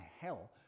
hell